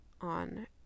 on